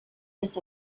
las